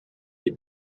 des